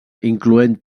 incloent